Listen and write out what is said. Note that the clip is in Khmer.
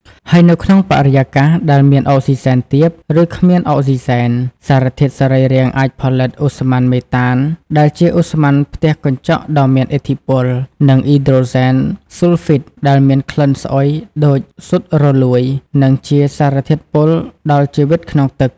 ហើយនៅក្នុងបរិយាកាសដែលមានអុកស៊ីហ្សែនទាប ឬគ្មានអុកស៊ីហ្សែន សារធាតុសរីរាង្គអាចផលិត ឧស្ម័នមេតាន ដែលជាឧស្ម័នផ្ទះកញ្ចក់ដ៏មានឥទ្ធិពល និង អ៊ីដ្រូសែនស៊ុលហ្វីត ដែលមានក្លិនស្អុយដូចស៊ុតរលួយ និងជាសារធាតុពុលដល់ជីវិតក្នុងទឹក។